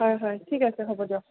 হয় হয় ঠিক আছে হ'ব দিয়ক